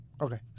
Okay